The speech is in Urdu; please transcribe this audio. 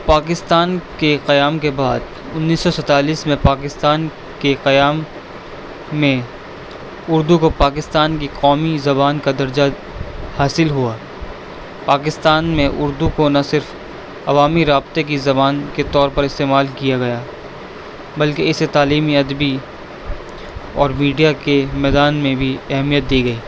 پاکستان کے قیام کے بعد انیس سو سینتالیس میں پاکستان کے قیام میں اردو کو پاکستان کی قومی زبان کا درجہ حاصل ہوا پاکستان میں اردو کو نہ صرف عوامی رابطے کی زبان کے طور پر استعمال کیا گیا بلکہ اسے تعلیمی ادبی اور میڈیا کے میدان میں بھی اہمیت دی گئی